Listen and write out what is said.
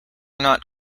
not